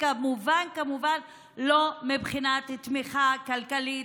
וכמובן כמובן לא מבחינת תמיכה כלכלית